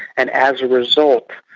and as a result,